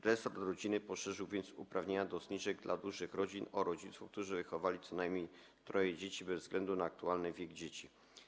Resort rodziny poszerzył więc uprawnienia do zniżek dla dużych rodzin o rodziców, którzy wychowali co najmniej troje dzieci bez względu na aktualny wiek dzieci.